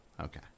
Okay